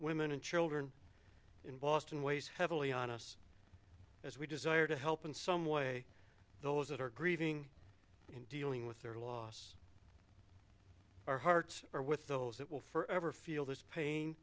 women and children in boston weighs heavily on us as we desire to help in some way those that are grieving in dealing with their loss our hearts are with those that will forever feel this pain